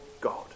God